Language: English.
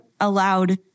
allowed